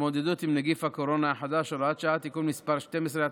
להתמודדות עם נגיף הקורונה החדש (הוראת שעה) (תיקון מס' 12),